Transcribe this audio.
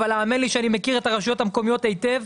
אבל האמן לי שאני מכיר את הרשויות המקומיות היטב.